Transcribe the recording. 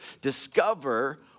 discover